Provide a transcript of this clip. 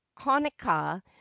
hanukkah